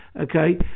Okay